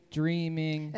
dreaming